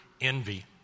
envy